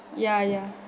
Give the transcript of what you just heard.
ya ya